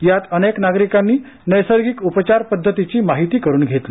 यात अनेक नागरिकांनी नैसर्गिक उपचार पद्धतीची माहिती करून घेतली